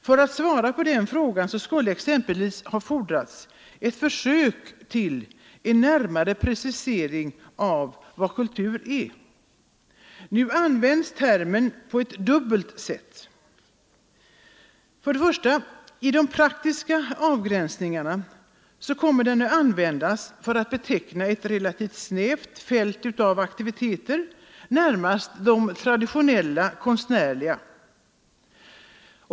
För att svara på den frågan skulle exempelvis ha fordrats ett försök till en närmare precisering av vad kultur är. Nu används termen på ett dubbelt sätt. För det första kommer den att i de praktiska avgränsningarna användas för att beteckna ett relativt snävt fält av aktiviteter, närmast de traditionellt konstnärliga.